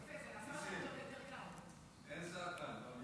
אין שר.